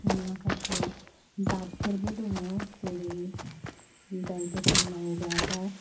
माखासे बादफोरबो दङ जेरै दाय दोफोन मावोब्ला बा